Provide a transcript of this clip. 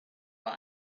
but